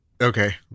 Okay